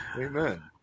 Amen